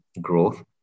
growth